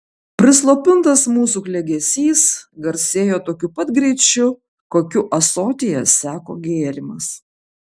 prislopintas mūsų klegesys garsėjo tokiu pat greičiu kokiu ąsotyje seko gėrimas